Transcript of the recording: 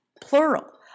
plural